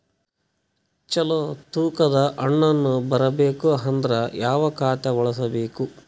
ಚಲೋ ತೂಕ ದ ಹಣ್ಣನ್ನು ಬರಬೇಕು ಅಂದರ ಯಾವ ಖಾತಾ ಬಳಸಬೇಕು?